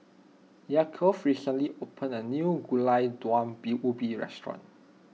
Yaakov recently opened a new Gulai Daun Ubi restaurant